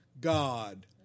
God